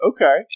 Okay